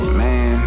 man